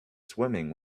swimming